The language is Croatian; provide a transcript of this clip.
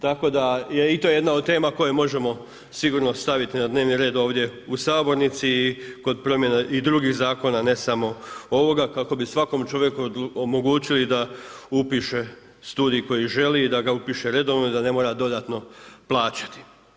Tako da je i to jedna od tema koje možemo sigurno staviti na dnevni red ovdje u sabornici i kod promjena i drugih zakona a ne samo ovoga kako bi svakom čovjeku omogućili da upiše studij koji želi i da ga upiše redovno i da ne mora dodatno plaćati.